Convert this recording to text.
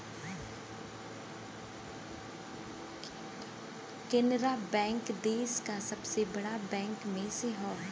Canara bank देस का सबसे बड़ा बैंक में से हौ